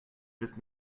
bis